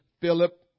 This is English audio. Philip